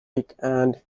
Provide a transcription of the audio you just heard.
and